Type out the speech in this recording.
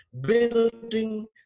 Building